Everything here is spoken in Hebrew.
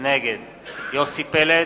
נגד יוסי פלד,